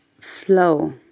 flow